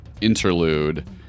interlude